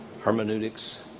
hermeneutics